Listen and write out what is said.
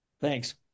Thanks